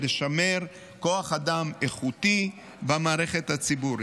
ולשמר כוח אדם איכותי במערכת הציבורית.